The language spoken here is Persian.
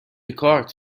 کارت